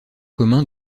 commun